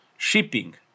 Shipping